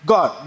God